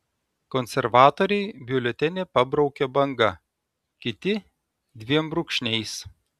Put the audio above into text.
konservatoriai biuletenį pabraukia banga kiti dviem brūkšniais